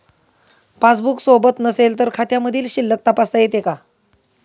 Passbook सोबत नसेल तर खात्यामधील शिल्लक तपासता येते का?